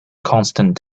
constant